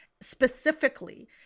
specifically